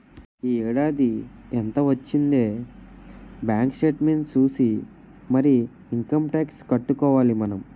ఈ ఏడాది ఎంత వొచ్చిందే బాంకు సేట్మెంట్ సూసి మరీ ఇంకమ్ టాక్సు కట్టుకోవాలి మనం